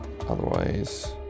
otherwise